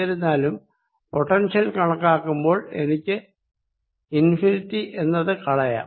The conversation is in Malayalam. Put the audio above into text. എന്നിരുന്നാലും പൊട്ടൻഷ്യൽ കണക്കാക്കുമ്പോൾ എനിക്ക് ഇൻഫിനിറ്റി എന്നത് കളയാം